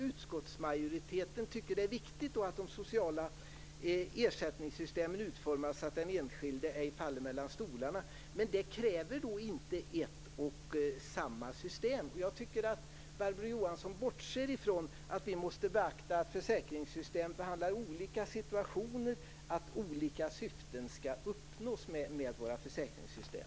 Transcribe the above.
Utskottsmajoriteten tycker att det är viktigt att de sociala ersättningssystemen utformas så att den enskilde ej faller mellan stolarna, på tal om det som Barbro Johansson tog upp i sin inledning. Men det kräver inte att vi har ett och samma system. Barbro Johansson bortser från att vi måste beakta att försäkringssystemen behandlar olika situationer och att olika syften skall uppnås med våra försäkringssystem.